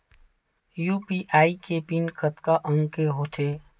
UPI के PIN कतका अंक के होथे?